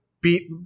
beat